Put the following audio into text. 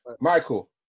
Michael